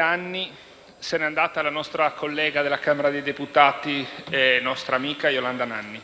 anni, se n'è andata la nostra collega della Camera dei deputati e nostra amica Iolanda Nanni.